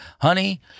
honey